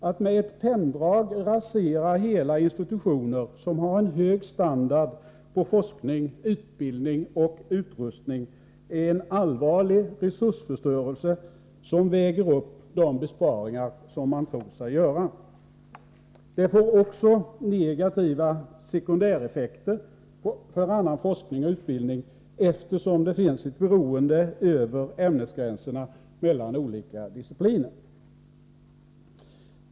Att med ett penndrag rasera hela institutioner som har en hög standard när det gäller forskning, utbildning och utrustning är en allvarlig resursförstörelse som väger upp de besparingar som man tror sig göra. Det får också negativa sekundäreffekter för annan forskning och utbildning, eftersom det finns ett beroende över ämnesgränserna mellan olika discipliner.